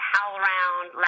HowlRound